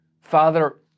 Father